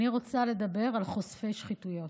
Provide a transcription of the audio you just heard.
אני רוצה לדבר על חושפי שחיתויות,